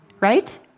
Right